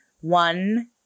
One